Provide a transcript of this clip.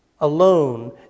alone